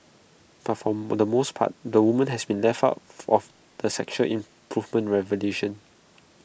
but for the most part the woman have been left out of the sexual improvement revolution